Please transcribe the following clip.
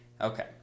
okay